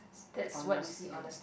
honesty